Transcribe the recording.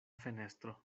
fenestro